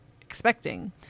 expecting